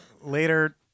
later